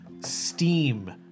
steam